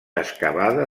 excavada